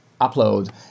Upload